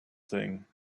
thing